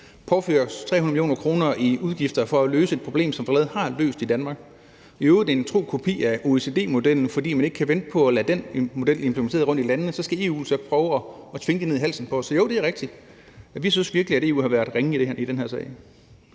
påføre os 300 mio. kr. i udgifter for at løse et problem, som vi allerede har løst i Danmark, i øvrigt i en tro kopi af OECD-modellen, fordi man ikke kan vente på at lade den model blive implementeret rundtomkring i landene, og så skal EU så prøve at tvinge det ned i halsen på os. Så jo, det er rigtigt, at vi virkelig synes, at EU har været ringe i den her sag.